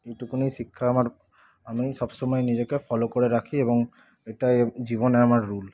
এইটুকুনই শিক্ষা আমার আমি সবসময় নিজেকে ফলো করে রাখি এবং এটাই জীবনে আমার রুল